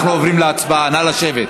אנחנו עוברים להצבעה, נא לשבת.